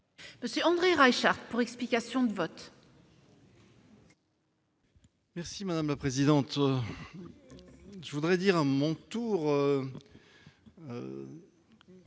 M. André Reichardt, pour explication de vote.